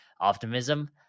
optimism